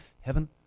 heaven